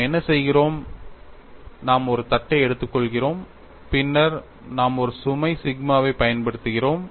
நாம் என்ன செய்கிறோம் நாம் ஒரு தட்டை எடுத்துக்கொள்கிறோம் பின்னர் நாம் ஒரு சுமை சிக்மாவைப் பயன்படுத்துகிறோம்